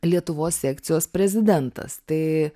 lietuvos sekcijos prezidentas tai